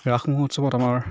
ৰাস মহোৎসৱত আমাৰ